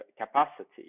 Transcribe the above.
capacity